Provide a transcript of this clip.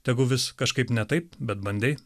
tegu vis kažkaip ne taip bet bandei